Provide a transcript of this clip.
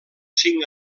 cinc